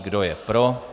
Kdo je pro?